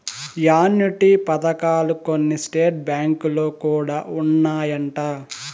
annuity పథకాలు కొన్ని state బ్యాంకులో కూడా ఉన్నాయంట